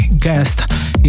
guest